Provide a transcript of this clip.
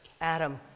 Adam